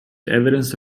evidence